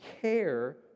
care